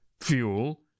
fuel